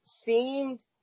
seemed